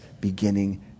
beginning